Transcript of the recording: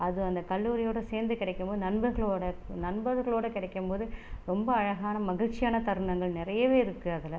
அது அந்தக் கல்லூரியோடய சேர்ந்து கிடைக்கும் போது நண்பர்களோடய நண்பர்களோடய கிடைக்கும் போது ரொம்ப அழகான மகிழ்ச்சியான தருணங்கள் நிறையவே இருக்குது அதில்